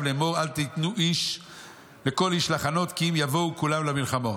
להם לאמור: אל תיתנו לכל איש לחנות כי אם יבואו כולם למלחמה".